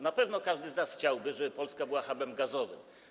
Na pewno każdy z nas chciałby, żeby Polska była hubem gazowym.